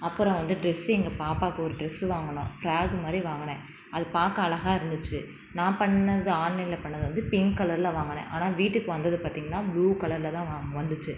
அப்புறம் வந்து ட்ரெஸ்ஸு எங்கள் பாப்பாவுக்கு ஒரு ட்ரெஸ்ஸு வாங்கினோம் ஃப்ராக்கு மாதிரி வாங்கினேன் அது பார்க்க அழகாக இருந்துச்சு நான் பண்ணது ஆன்லைனில் பண்ணது வந்து பிங்க் கலரில் வாங்கினேன் ஆனால் வீட்டுக்கு வந்தது பார்த்திங்கனா ப்ளூ கலரில் தான் வ வந்துச்சு